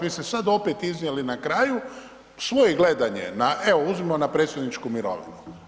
Vi ste sad opet iznijeli na kraju svoje gledanje na, evo uzmimo na predsjedničku mirovinu.